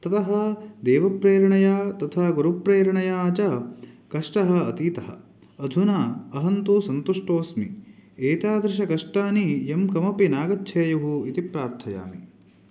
ततः देवप्रेरणया तथा गुरुप्रेरणया च कष्टः अतीतः अधुना अहं तु सन्तुष्टोस्मि एतादृशकष्टानि यं कमपि नागच्छेयुः इति प्रार्थयामि